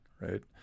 right